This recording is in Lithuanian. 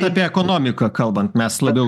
apie ekonomiką kalbant mes labiau